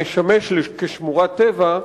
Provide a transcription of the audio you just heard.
המשמש כשמורת טבע,